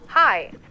Hi